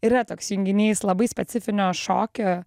yra toks junginys labai specifinio šokio